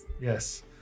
Yes